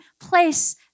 place